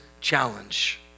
challenge